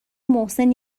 محسن